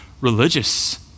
religious